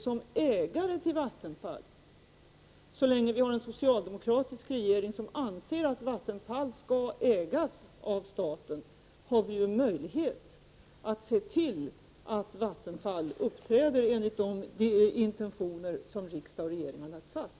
Som ägare till Vattenfall — så länge vi har en socialdemokratisk regering som anser att Vattenfall skall ägas av staten — har vi också möjlighet att se till att Vattenfall uppträder enligt de intentioner som riksdag och regering har lagt fast.